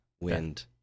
wind